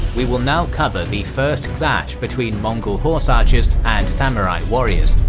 we will now cover the first clash between mongol horse archers and samurai warriors,